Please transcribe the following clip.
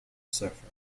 surfer